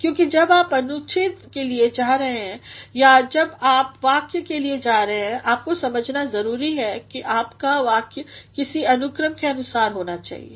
क्योंकि जब आप अनुच्छेद के लिए जा रहे हैं या जब आप वाक्य के लिए जा रहे हैं आपको समझना जरुरी है कि आपका वाक्य किसी अनुक्रम के अनुसार होना चाहिए